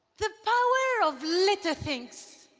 the power of little things